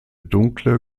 dunkle